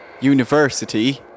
university